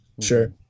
sure